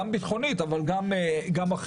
גם ביטחונית אבל גם אחרת.